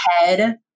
head